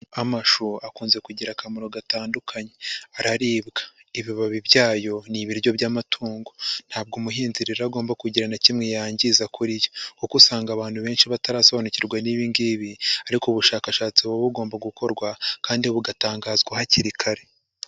Amashu akunze kugira akamaro gatandukanye, araribwa, ibibabi byayo ni ibiryo by'amatungo, ntabwo umuhinzi rero agomba kugira na kimwe yangiza kuri yo, kuko usanga abantu benshi batarasobanukirwa n'ibi ngibi, ariko ubushakashatsi buba bugomba gukorwa kandi bugatangazwa hakiri kare.